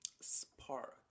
spark